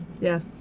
Yes